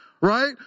right